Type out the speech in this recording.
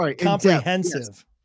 Comprehensive